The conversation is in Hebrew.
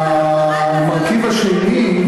המרכיב השני,